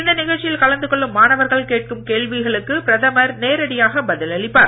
இந்த நிகழ்ச்சியில் கலந்து கொள்ளும் மாணவர்கள் கேட்கும் கேள்விகளுக்கு பிரதமர் நேரடியாக பதில் அளிப்பார்